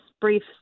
brief